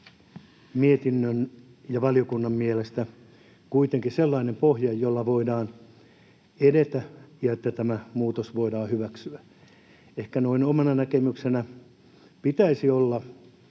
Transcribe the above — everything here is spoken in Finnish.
mietinnön ja valiokunnan mielestä kuitenkin sellainen pohja, jolla voidaan edetä ja tämä muutos voidaan hyväksyä. Ehkä noin omana näkemyksenäni: Pitäisi olla